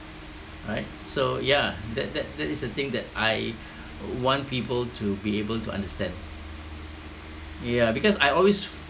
right so ya that that that is the thing that I want people to be able to understand yeah because I always